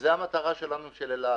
וזו המטרה של אל על,